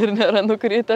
ir nėra nukritęs